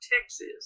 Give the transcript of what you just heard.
Texas